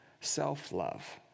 self-love